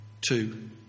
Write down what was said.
two